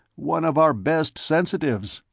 one of our best sensitives,